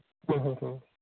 ᱦᱮᱸ ᱦᱮᱸ